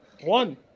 one